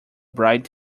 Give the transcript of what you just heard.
bright